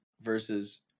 Versus